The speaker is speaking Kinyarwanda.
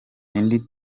indi